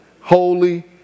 holy